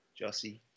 Jossie